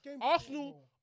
Arsenal